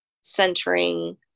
centering